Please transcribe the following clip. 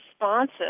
responsive